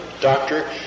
doctor